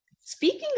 speaking